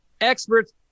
experts